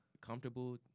comfortable